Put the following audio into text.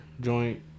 joint